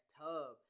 tub